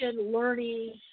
learning